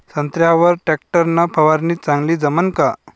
संत्र्यावर वर टॅक्टर न फवारनी चांगली जमन का?